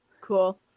cool